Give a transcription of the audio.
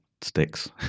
sticks